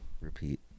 repeat